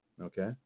Okay